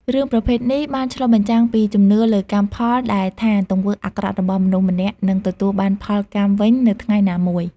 រឿងប្រភេទនេះបានឆ្លុះបញ្ចាំងពីជំនឿលើ កម្មផល ដែលថាទង្វើអាក្រក់របស់មនុស្សម្នាក់នឹងទទួលបានផលកម្មវិញនៅថ្ងៃណាមួយ។